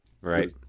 Right